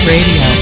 Radio